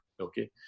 Okay